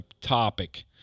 topic